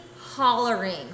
hollering